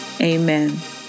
amen